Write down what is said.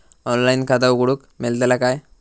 Online खाता उघडूक मेलतला काय?